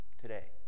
today